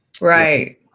Right